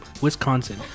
Wisconsin